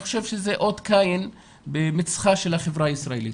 חושב שזה אות קין במצחה של החברה הישראלית.